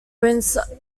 prince